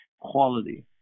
quality